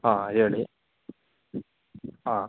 ಹಾಂ ಹೇಳಿ ಹಾಂ